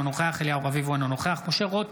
אינו נוכח אליהו רביבו,